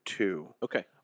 Okay